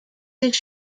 his